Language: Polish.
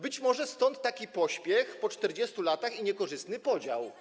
Być może stąd taki pośpiech po 40 latach i niekorzystny podział.